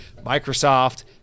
Microsoft